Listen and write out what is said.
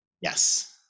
Yes